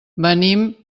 venim